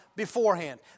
Beforehand